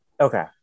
Okay